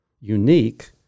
unique